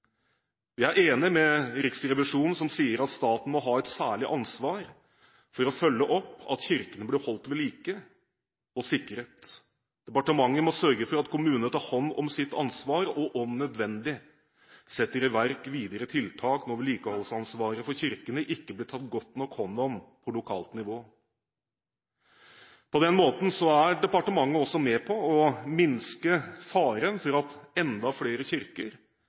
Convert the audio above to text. Vi er enig med Riksrevisjonen som sier at staten må ha et særlig ansvar for å følge opp at kirkene blir holdt ved like og sikret. Departementet må sørge for at kommunene tar hånd om sitt ansvar og om nødvendig setter i verk videre tiltak når vedlikeholdsansvaret for kirkene ikke blir tatt godt nok hånd om på lokalt nivå. På den måten er departementet også med på å minske faren for at enda flere kirker